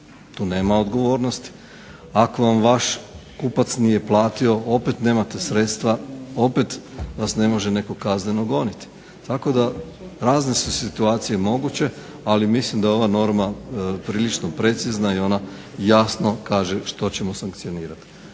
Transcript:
tu nema odgovornost. Ako vam vaš kupac nije platio opet nemate sredstva, opet vas ne može netko kazneno goniti. Tako da razne su situacije moguće ali mislim da ova norma prilično precizna i ona jasno kaže što ćemo sankcionirati.